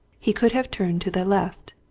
he could have turned to the left,